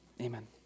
amen